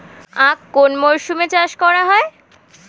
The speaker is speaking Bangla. আখ কোন মরশুমে চাষ করা হয়?